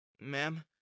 ma'am